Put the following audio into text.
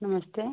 नमस्ते